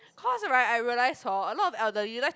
cause right I realise hor a lot of elderly like